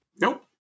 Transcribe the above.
Nope